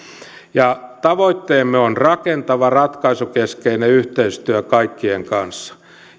tavoitteemme on rakentava ratkaisukeskeinen yhteistyö kaikkien kanssa